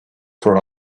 for